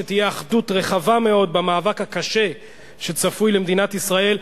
שתהיה אחדות רחבה מאוד במאבק הקשה שצפוי למדינת ישראל,